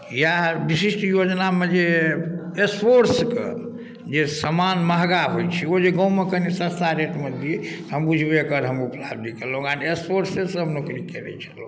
या विशिष्ट योजनामे जे स्पोर्ट्सके जे समान महगा होइ छै ओ जे गाममे कनि सस्ता रेटमे दिए हम बुझबै एकर हम उपकार भी केलहुँ आओर स्पोर्ट्सेमे हम नौकरी करै छलहुँ